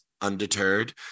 undeterred